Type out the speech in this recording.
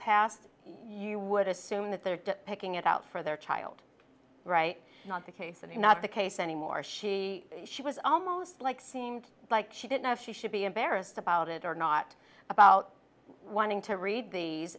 passed you would assume that they're picking it out for their child right not the case and not the case anymore she she was almost like seemed like she didn't know if she should be embarrassed about it or not about wanting to read these